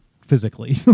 physically